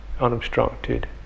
unobstructed